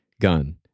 gun